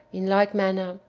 in like manner,